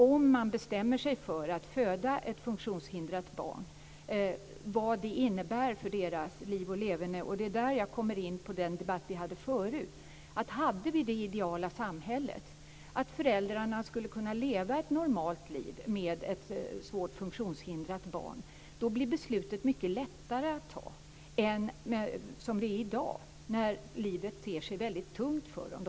Om paret bestämmer sig för att föda ett funktionshindrat barn måste de veta vad det innebär för deras liv och leverne. Det är där jag kommer in på den debatt vi hade förut. Hade vi det ideala samhället att föräldrarna skulle kunna leva ett normalt liv med ett svårt funktionshindrat barn blir beslutet mycket lättare att ta än som det är i dag när livet ter sig väldigt tungt för dem.